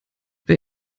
wer